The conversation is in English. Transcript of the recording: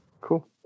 Cool